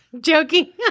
Joking